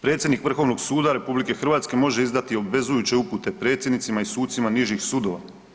Predsjednik Vrhovnog suda RH može izdati obvezujuće upute predsjednicima i sucima nižih sudova.